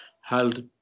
held